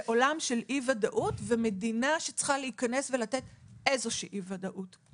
זה עולם של אי וודאות ומדינה שצריכה להיכנס ולתת איזו שהיא וודאות.